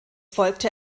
folgte